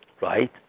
right